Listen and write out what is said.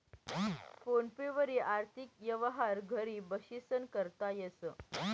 phone पे वरी आर्थिक यवहार घर बशीसन करता येस